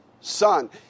Son